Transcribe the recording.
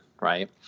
right